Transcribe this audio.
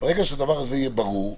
ברגע שהדבר הזה יהיה ברור,